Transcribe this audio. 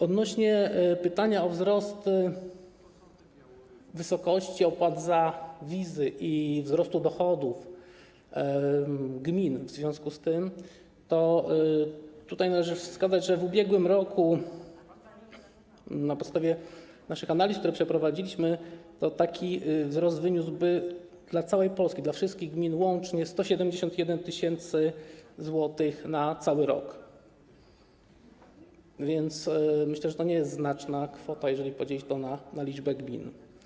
Odnośnie do pytania o wzrost wysokości opłat za wizy i wzrost dochodów gmin w związku z tym, to należy wskazać, że w ubiegłym roku na podstawie naszych analiz, które przeprowadziliśmy, taki wzrost wyniósł dla całej Polski, dla wszystkich gmin łącznie, 171 tys. zł, na cały rok, więc myślę, że to nie jest znaczna kwota, jeżeli podzielić to przez liczbę gmin.